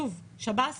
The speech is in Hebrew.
שוב, שב"ס